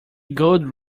gold